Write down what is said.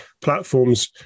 platforms